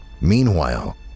Meanwhile